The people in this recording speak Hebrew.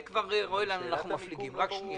חברים